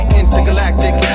intergalactic